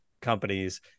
companies